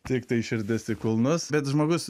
tiktai širdis į kulnus bet žmogus